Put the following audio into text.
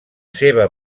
seva